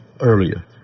earlier